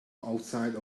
outside